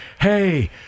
hey